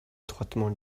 étroitement